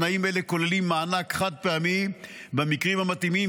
תנאים אלה כוללים מענק חד-פעמי במקרים המתאימים,